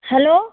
hello